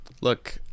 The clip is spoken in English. Look